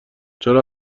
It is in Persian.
چرا